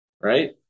Right